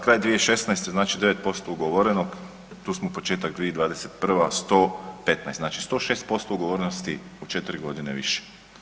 Kraj 2016. znači 9% ugovorenog tu smo početak 2021. 115 znači 106% ugovorenosti u 4 godine više.